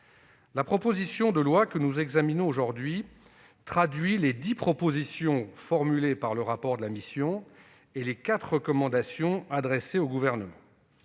La proposition de loi dont nous allons débattre traduit les dix propositions formulées dans le rapport de la mission et les quatre recommandations adressées au Gouvernement.